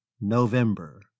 November